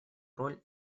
роль